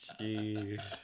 Jeez